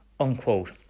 unquote